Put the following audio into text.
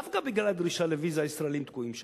דווקא בגלל הדרישה לוויזה הישראלים תקועים שם.